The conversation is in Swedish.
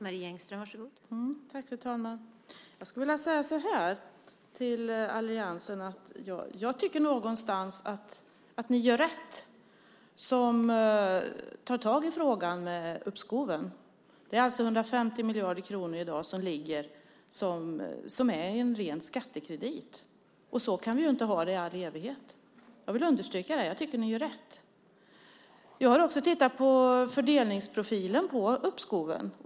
Fru talman! Jag vill säga så här till alliansen. Jag tycker någonstans att ni gör rätt som tar tag i frågan om uppskoven. Det är i dag 150 miljarder som ligger som en ren skattekredit. Så kan vi inte ha det i all evighet. Jag vill understryka att jag tycker att ni gör rätt. Jag har också tittat på fördelningsprofilen på uppskoven.